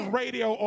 radio